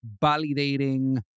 validating